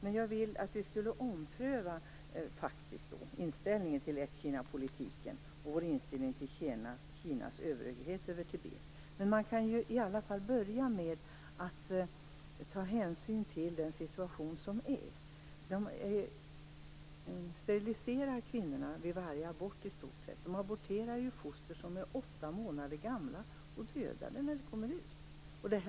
Men jag skulle vilja att vi omprövade inställningen till ett-Kina-politiken och vår inställning till Kinas överhöghet över Tibet. Man kan i alla fall börja med att ta hänsyn till den situation som är. De steriliserar kvinnorna vid i stort sett varje abort. De aborterar foster som är åtta månader gamla och dödar dem när de kommer ut.